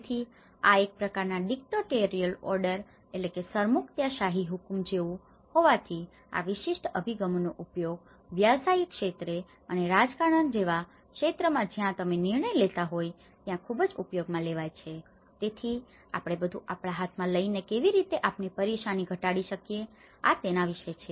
તેથી આ એક પ્રકારનાં ડીકટેટોરિયલ ઓર્ડર dictatorial order સરમુખત્યારશાહી હુકમ જેવું હોવાથી આ વિશિષ્ટ અભિગમોનો ઉપયોગ વ્યવસાયિક ક્ષેત્રે અને રાજકારણ જેવા ક્ષેત્રમાં જ્યાં તમે નિર્ણય લેતા હોય ત્યાં ખૂબ જ ઉપયોગમાં લેવાય છે તેથી આપણે બધુ આપણા હાથમાં લઈને કેવી રીતે આપની પરેશાની ઘટાડી શકીએ આ તેના વિશે છે